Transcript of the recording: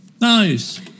Nice